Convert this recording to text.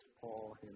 Paul